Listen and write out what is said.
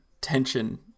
tension